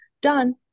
done